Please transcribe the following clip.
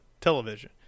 television